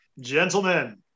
Gentlemen